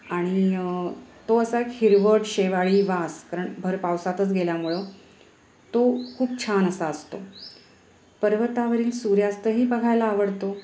आणि तो असा एक हिरवट शेवाळी वास कारण भर पावसातच गेल्यामुळं तो खूप छान असा असतो पर्वतावरील सूर्यास्तही बघायला आवडतो